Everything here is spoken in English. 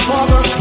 Father